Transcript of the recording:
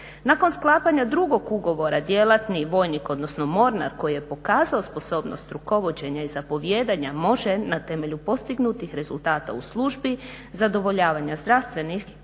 Nakon sklapanja drugog ugovora djelatni vojnik, odnosno mornar koji je pokazao sposobnost rukovođenja i zapovijedanja može na temelju postignutih rezultata u službi, zadovoljavanja zdravstvenih,